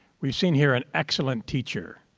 weive seen here an excellent teacher.